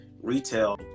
retail